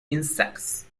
insects